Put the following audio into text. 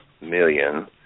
million